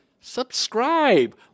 subscribe